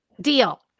deal